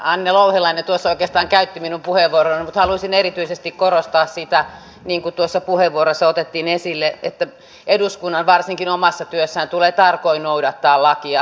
anne louhelainen tuossa oikeastaan käytti minun puheenvuoroni mutta haluaisin erityisesti korostaa sitä niin kuin tuossa puheenvuorossa otettiin esille että eduskunnan tulee varsinkin omassa työssään tarkoin noudattaa lakia